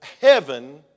heaven